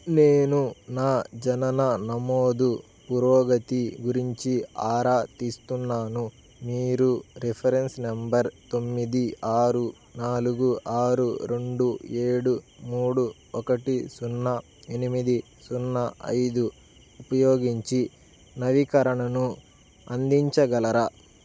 నేను నా జనన నమోదు పురోగతి గురించి ఆరా తీస్తున్నాను మీరు రిఫరెన్స్ నంబర్ తొమ్మిది ఆరు నాలుగు ఆరు రెండు ఏడు మూడు ఒకటి సున్నా ఎనిమిది సున్నా ఐదు ఉపయోగించి నవీకరణను అందించగలరా